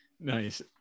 Nice